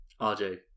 RJ